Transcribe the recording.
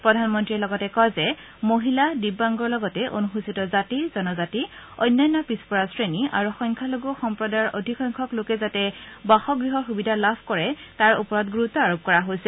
প্ৰধানমন্ত্ৰীয় লগতে কয় যে মহিলা দিব্যাংগৰ লগতে অনুসূচীত জাতি জনজাতি অন্যান্য পিছপৰা শ্ৰেণী আৰু সংখ্যালঘু সম্প্ৰদায়ৰ অধিকসংখ্যক লোকে যাতে বাসগৃহৰ সুবিধা লাভ কৰে তাৰ ওপৰত গুৰুত্ব আৰোপ কৰা হৈছে